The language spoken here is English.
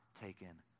taken